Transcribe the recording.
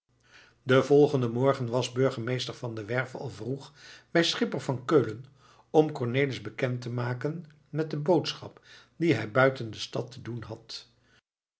den volgenden morgen was burgemeester van der werff al vroeg bij schipper van keulen om cornelis bekend te maken met de boodschap die hij buiten de stad te doen had